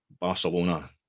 Barcelona